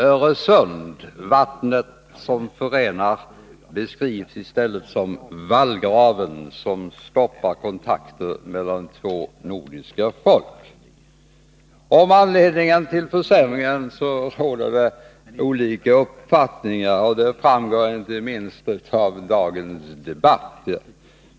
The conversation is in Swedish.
Öresund — vattnet som förenar — beskrivs i stället som vallgraven som stoppar kontakter mellan två nordiska folk. Om anledningen till försämringen råder det olika uppfattningar — det framgår inte minst av dagens debatt.